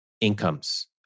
incomes